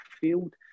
field